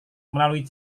melalui